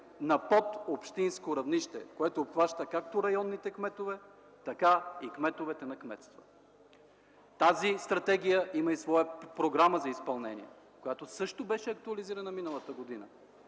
на подобщинско равнище, което обхваща както районите кметове, така и кметовете на кметства. Тази стратегия има и своя програма за изпълнение, която също беше актуализирана миналата година.